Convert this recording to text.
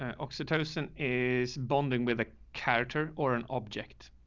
ah oxytocin is bonding with a character or an object.